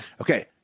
Okay